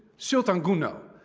sultan gunal,